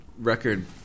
record